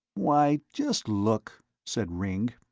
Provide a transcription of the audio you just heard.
why, just look, said ringg.